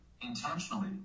intentionally